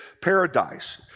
Paradise